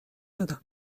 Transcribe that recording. دادم